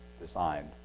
designed